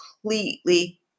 completely